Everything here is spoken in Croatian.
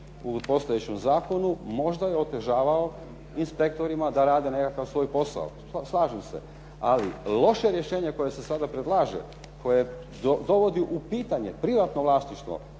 u postojećem zakonu možda je otežavao inspektorima da rade nekakav svoj posao. Slažem se, ali loše rješenje koje se sada predlaže, koje dovodi u pitanje privatno vlasništvo